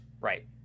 Right